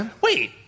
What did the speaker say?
wait